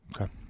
Okay